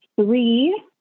Three